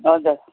हजुर